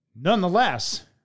Nonetheless